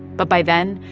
but by then,